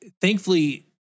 thankfully